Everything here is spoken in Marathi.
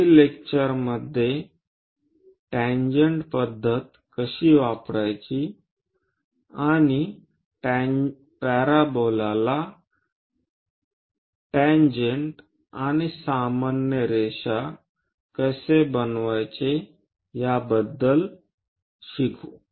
पुढील लेक्चरमध्ये टेंजेन्ट पद्धत कशी वापरायची आणि पॅराबोला ला स्पर्शिका आणि सामान्य रेषा कसे बनवायचे याबद्दल शिकू